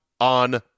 on